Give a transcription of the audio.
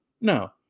No